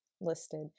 listed